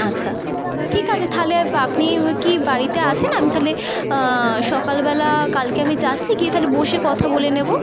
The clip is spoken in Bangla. আচ্ছা ঠিক আছে তাহলে আপনি কি বাড়িতে আছেন আমি তাহলে সকালবেলা কালকে আমি যাচ্ছি গিয়ে তাহলে বসে কথা বলে নেবো